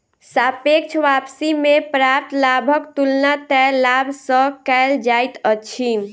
सापेक्ष वापसी में प्राप्त लाभक तुलना तय लाभ सॅ कएल जाइत अछि